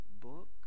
book